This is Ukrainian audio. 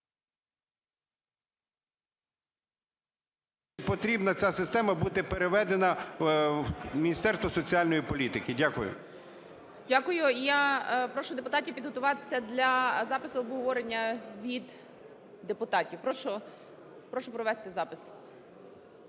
потрібна ця система, бути переведена в Міністерство соціальної політики? Дякую. ГОЛОВУЮЧИЙ. Дякую. Я прошу депутатів підготуватися для запису обговорення від депутатів. Прошу, прошу провести запис.